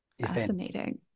Fascinating